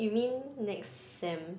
you mean next sem